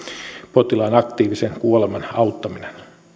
potilaan aktiivinen kuolemaan auttaminen